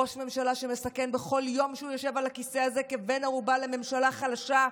ראש ממשלה שמסכן בכל יום שהוא יושב על הכיסא הזה כבן ערובה לממשלה חלשה,